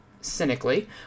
cynically